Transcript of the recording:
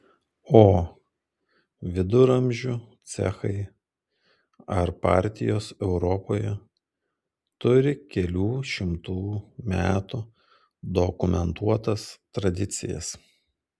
o viduramžių cechai ar partijos europoje turi kelių šimtų metų dokumentuotas tradicijas